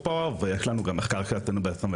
פה ויש לנו גם מחקר שעשינו ב-2022.